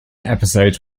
episodes